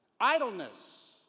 Idleness